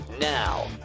Now